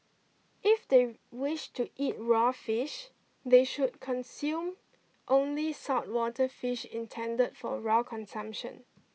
if they wish to eat raw fish they should consume only saltwater fish intended for raw consumption